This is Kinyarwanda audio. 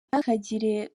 ntihakagire